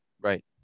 right